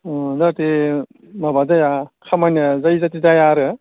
जाहाथे माबा जाया खामानिया जायि जाहाथे जाया आरो